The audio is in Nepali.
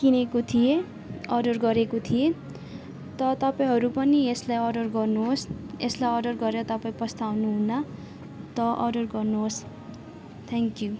किनेको थिएँ अर्डर गरेको थिएँ त तपाईँहरू पनि यसलाई अर्डर गर्नुहोस् यसलाई अर्डर गरेर तपाईँ पछुताउनु हुन्न त अर्डर गर्नुहोस् थ्याङ्क यू